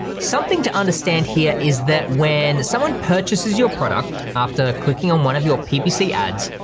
something to understand here is that when someone purchases your product, after clicking on one of your ppc ads,